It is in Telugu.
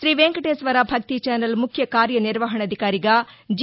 శ్రీవెంకటేశ్వర భక్తి ఛానల్ ముఖ్య కార్య నిర్వాహణ అధికారిగా జి